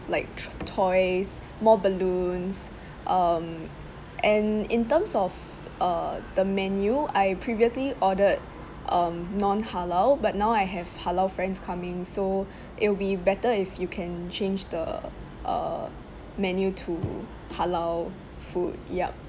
like t~ toys more balloons um and in terms of uh the menu I previously ordered um non halal but now I have halal friends coming so it'll be better if you can change the uh menu to halal food yup